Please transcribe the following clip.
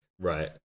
right